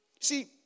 See